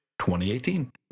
2018